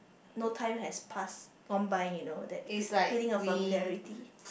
no time has passed gone by you know that f~ feeling of familiarity